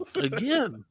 Again